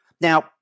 Now